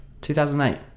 2008